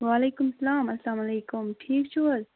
وعلیکُم سلام اسلام علیکُم ٹھیٖک چھِو حظ